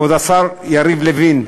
כבוד השר יריב לוין,